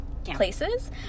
Places